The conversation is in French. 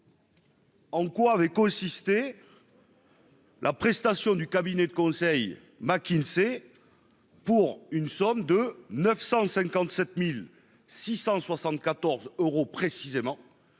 en quoi avait consisté la prestation du cabinet de conseil McKinsey pour une somme de 957 674 euros, qui